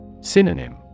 Synonym